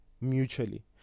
mutually